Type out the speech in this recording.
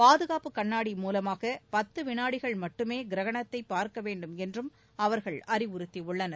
பாதுகாப்பு கண்ணாடி மூவமாக பத்து வினாடிகள் மட்டுமே கிரகணத்தை பார்க்க வேண்டும் என்றும் அவர்கள் அறிவுறுத்தியுள்ளனர்